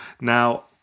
Now